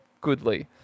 goodly